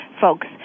folks